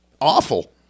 awful